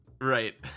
Right